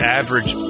average